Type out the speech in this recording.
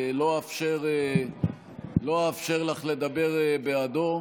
לא אאפשר לך לדבר בעדו,